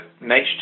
Nature